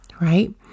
right